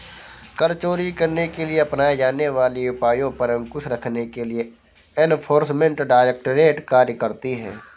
कर चोरी करने के लिए अपनाए जाने वाले उपायों पर अंकुश रखने के लिए एनफोर्समेंट डायरेक्टरेट कार्य करती है